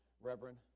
reverend